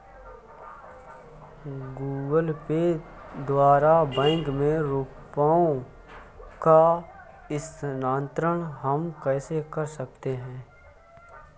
Google Pay द्वारा bank में रुपयों का स्थानांतरण हम कैसे कर सकते हैं?